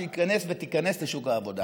שייכנס ותיכנס לשוק העבודה.